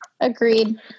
agreed